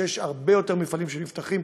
שיש הרבה יותר מפעלים שנפתחים,